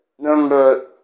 Number